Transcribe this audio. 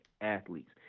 athletes